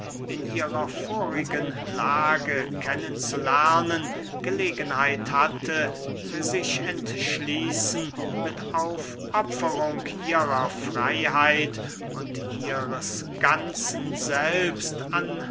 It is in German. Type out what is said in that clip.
in ihrer vorigen lage kennen zu lernen gelegenheit hatte sich entschließen mit aufopferung ihrer freyheit und ihres ganzen selbst an